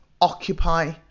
occupy